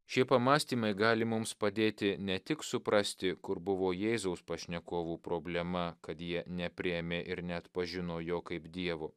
šie pamąstymai gali mums padėti ne tik suprasti kur buvo jėzaus pašnekovų problema kad jie nepriėmė ir neatpažino jo kaip dievo